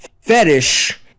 fetish